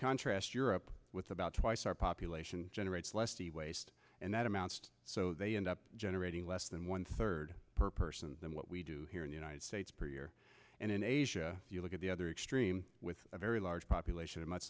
contrast europe with about twice our population generates less the waste and that amount so they end up generating less than one third per person than what we do here in the united states per year and in asia you look at the other extreme with a very large population of much